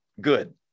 good